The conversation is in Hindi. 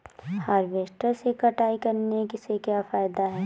हार्वेस्टर से कटाई करने से क्या फायदा है?